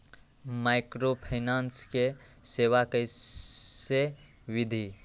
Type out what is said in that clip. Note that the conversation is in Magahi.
माइक्रोफाइनेंस के सेवा कइसे विधि?